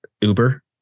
uber